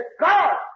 God